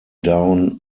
down